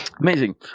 Amazing